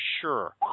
sure –